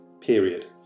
period